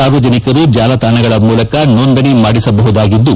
ಸಾರ್ವಜನಿಕರು ಜಾಲತಾಣಗಳ ಮೂಲಕ ನೋಂದಣಿ ಮಾಡಿಸಬಹುದಾಗಿದ್ದು